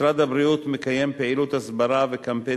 משרד הבריאות מקיים פעילות הסברה וקמפיין